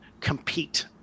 compete